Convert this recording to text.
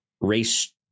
race